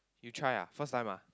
you try ah first time ah